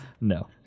No